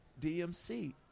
DMC